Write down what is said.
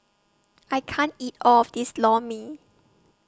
I can't eat All of This Lor Mee